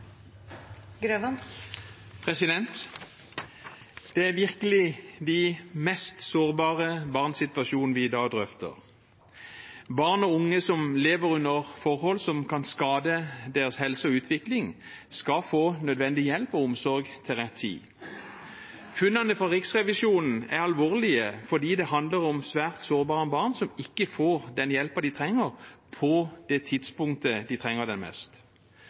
tilbod. Det er virkelig de mest sårbare barnas situasjon vi i dag drøfter. Barn og unge som lever under forhold som kan skade deres helse og utvikling, skal få nødvendig hjelp og omsorg til rett tid. Funnene fra Riksrevisjonen er alvorlige fordi det handler om svært sårbare barn som ikke får den hjelpen de trenger, på det tidspunktet de trenger det mest.